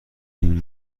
این